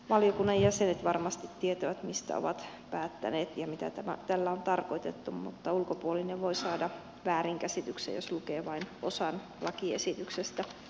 valiokunnan jäsenet varmasti tietävät mistä ovat päättäneet ja mitä tällä on tarkoitettu mutta ulkopuolinen voi saada väärinkäsityksen jos lukee vain osan lakiesityksestä